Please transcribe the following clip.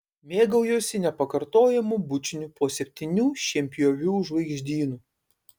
mėgaujuosi nepakartojamu bučiniu po septynių šienpjovių žvaigždynu